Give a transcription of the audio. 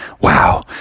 wow